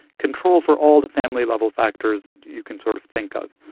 control for all the family-level factors that you can sort of think of.